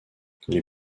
les